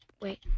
wait